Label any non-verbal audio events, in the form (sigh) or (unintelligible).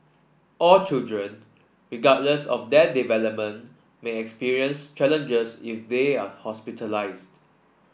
all children regardless of their development may (unintelligible) challenges if they are hospitalised